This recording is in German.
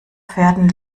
pferden